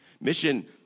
Mission